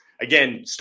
again